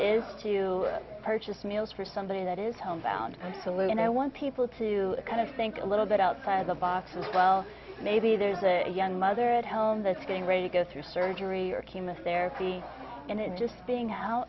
is to purchase meals for somebody that is home bound saloon and i want people to kind of think a little bit outside of the box and well maybe there's a young mother at home that's getting ready to go through surgery or chemotherapy and it just being how